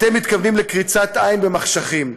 אתם מתכוונים לקריצת עין במחשכים,